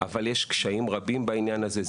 אבל יש קשיים רבים בעניין הזה,